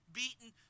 beaten